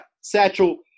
Satchel